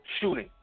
shooting